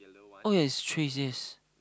oh yes it's trees yes